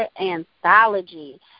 Anthology